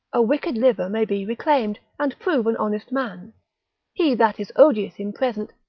a wicked liver may be reclaimed, and prove an honest man he that is odious in present,